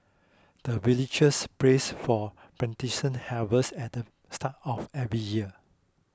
the villagers prays for harvest at the start of every year